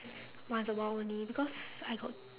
once a while only because I got